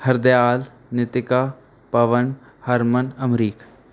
Hardial Nitika Pawan Harman Amrik